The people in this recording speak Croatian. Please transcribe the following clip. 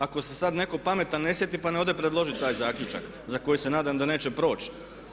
Ako se sad netko pametan ne sjeti pa ne ode predložit taj zaključak za koji se nadam da neće proći.